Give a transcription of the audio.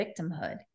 victimhood